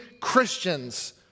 Christians